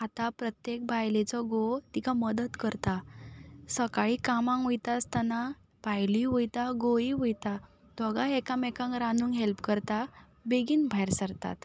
आतां प्रत्येक बायलेचो घोव तिका मदत करता सकाळीं कामांक वयता आसतना बायलय वयता घोवय वयता दोगांय एकामेकांक रांदूंक हॅल्प करतात बेगीन भायर सरतात